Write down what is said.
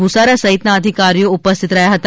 ભૂસારા સહિતના અધિકારીઓ ઉપસ્થિત રહ્યા હતા